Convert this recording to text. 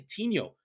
Coutinho